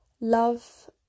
love